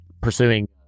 pursuing